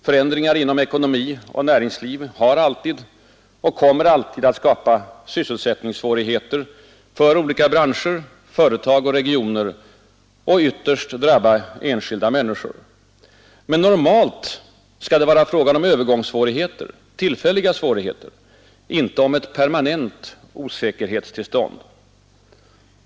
Förändringar inom ekonomi och näringsliv har alltid skapat och kommer alltid att skapa sysselsättningssvårigheter för olika branscher, företag och regioner och drabbar ytterst enskilda människor. Men normalt skall det vara frågan om övergångssvårigheter, tillfälliga svårigheter, inte om ett permanent osäkerhetstillstånd.